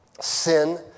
sin